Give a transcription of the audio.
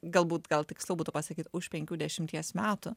galbūt gal tiksliau būtų pasakyt už penkių dešimties metų